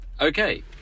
Okay